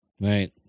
Right